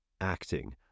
acting